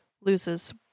loses